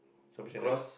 shopping centre